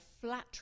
flat